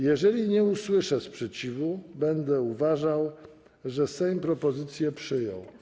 Jeżeli nie usłyszę sprzeciwu, będę uważał, że Sejm propozycje przyjął.